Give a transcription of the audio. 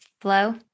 flow